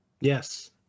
Yes